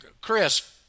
Chris